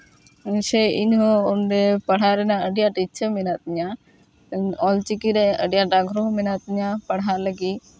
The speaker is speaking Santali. ᱥᱮ ᱤᱧ ᱦᱚᱸ ᱚᱰᱮ ᱯᱟᱲᱦᱟᱣ ᱨᱮᱱᱟᱜ ᱟᱹᱰᱤ ᱟᱸᱴ ᱤᱪᱪᱷᱟᱹ ᱢᱮᱱᱟᱜ ᱛᱤᱧᱟᱹ ᱚᱞ ᱪᱤᱠᱤ ᱨᱮ ᱟᱹᱰᱤ ᱟᱸᱴ ᱟᱜᱽᱨᱚᱦᱚ ᱢᱮᱱᱟᱜ ᱛᱤᱧᱟᱹ ᱯᱟᱲᱦᱟᱜ ᱞᱟᱹᱜᱤᱫ